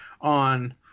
on